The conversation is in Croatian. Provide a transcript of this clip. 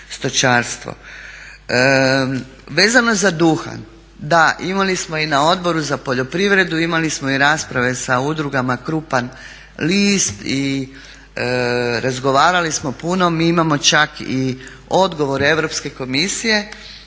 stočarstvo. Vezano za duhan, da, imali smo i na Odboru za poljoprivredu imali smo i rasprave sa udrugama "Krupan list" i razgovarali smo puno. Mi imamo čak i odgovor Europske komisije